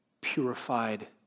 purified